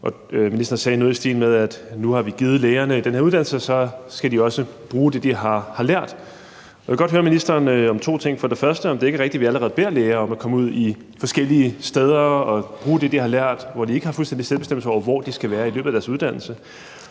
og ministeren sagde noget i stil med, at nu har vi givet lægerne den her uddannelse, og så skal de også bruge det, de har lært. Jeg vil godt høre ministeren om to ting. For det første vil jeg høre, om det ikke er rigtigt, at vi allerede beder læger om at komme ud forskellige steder og bruge det, de har lært, altså at de i løbet af deres uddannelse ikke har fuldstændig selvbestemmelse over, hvor de skal være. Og for det andet